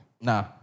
Nah